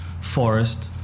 forest